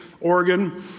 Oregon